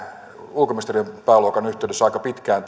ulkoministeriön pääluokan yhteydessä aika pitkään